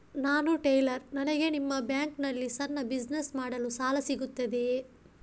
ನಾನು ಟೈಲರ್, ನನಗೆ ನಿಮ್ಮ ಬ್ಯಾಂಕ್ ನಲ್ಲಿ ಸಣ್ಣ ಬಿಸಿನೆಸ್ ಮಾಡಲು ಸಾಲ ಸಿಗುತ್ತದೆಯೇ?